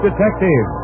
Detective